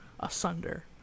Asunder